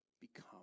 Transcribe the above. become